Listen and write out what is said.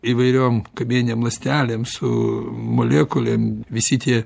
įvairiom kamieninėm ląstelėm su molekulėm visi tie